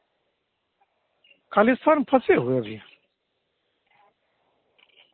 कालीस्थान फँसे हुए हैं अभी